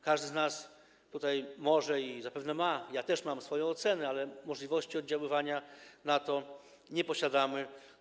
Każdy z nas tutaj zapewne ma, ja też mam, swoją ocenę, ale możliwości oddziaływania na to nie posiadamy.